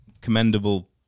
commendable